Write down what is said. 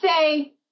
say